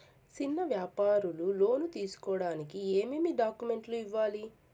చిన్న వ్యాపారులు లోను తీసుకోడానికి ఏమేమి డాక్యుమెంట్లు ఇవ్వాలి?